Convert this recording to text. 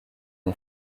les